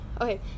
okay